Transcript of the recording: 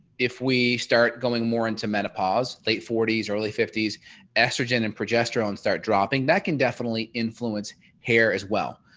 if we start going more into menopause late forty s early fifty s estrogen and progesterone start dropping that can definitely influence hair as well.